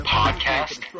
podcast